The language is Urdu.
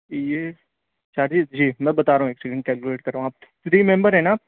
یہ چارجز جی میں بتا رہا ہوں ایک سکینڈ کیلکولیٹ کر رہا ہوں آپ تھری ممبر ہیں نا